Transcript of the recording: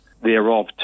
thereof